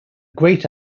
great